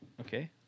Okay